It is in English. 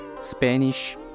Spanish